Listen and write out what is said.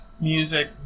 music